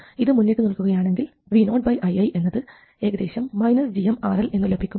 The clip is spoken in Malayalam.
ഇത് മുന്നിട്ടുനിൽക്കുകയാണെങ്കിൽ voiiഎന്നത് ഏകദേശം gmRL എന്നു ലഭിക്കും